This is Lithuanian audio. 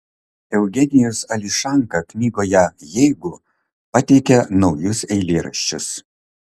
eugenijus ališanka knygoje jeigu pateikia naujus eilėraščius